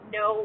no